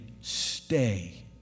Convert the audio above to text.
Stay